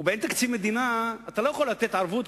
ובאין תקציב מדינה אתה לא יכול לתת ערבות,